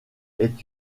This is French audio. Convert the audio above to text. est